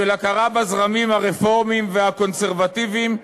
של הכרה בזרמים הרפורמיים והקונסרבטיביים,